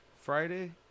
Friday